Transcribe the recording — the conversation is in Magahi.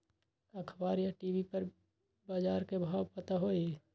अखबार या टी.वी पर बजार के भाव पता होई?